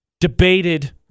debated